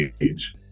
age